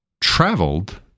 traveled